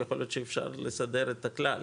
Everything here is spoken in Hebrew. יכול להיות שאפשר לסדר את הכלל,